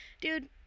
dude